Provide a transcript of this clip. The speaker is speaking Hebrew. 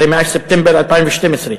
זה מאז ספטמבר 2012,